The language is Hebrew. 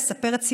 לספר את סיפורן,